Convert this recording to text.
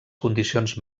condicions